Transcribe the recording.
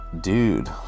dude